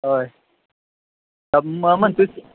होय म्हणतो आहे